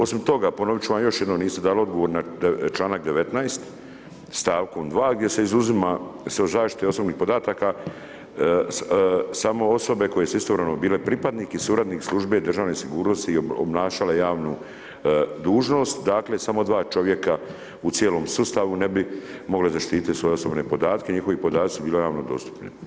Osim toga ponovit ću vam još jednom, niste dali odgovor na članak 19. stavkom 2. gdje se izuzima sa zaštite osobnih podataka samo osobe koje su istovremeno bile pripadnik i suradnik službe državne sigurnosti i obnašale javnu dužnost, dakle samo dva čovjeka u cijelom sustavu ne bi mogle zaštititi svoje osobne podatke, njihovi podaci su bili javno dostupni.